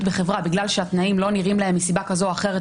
בחברה בגלל שהתנאים לא נראים להם מסיבה כזו או אחרת,